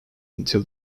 until